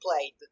played